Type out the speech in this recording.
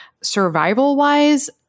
survival-wise